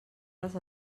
les